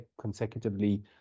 consecutively